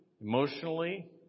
emotionally